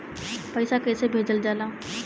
पैसा कैसे भेजल जाला?